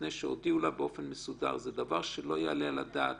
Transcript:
לפני שנתחיל את הדיון אני רוצה לאחל רפואה